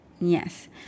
Yes